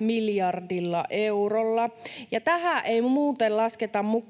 miljardilla eurolla, ja tähän ei muuten lasketa mukaan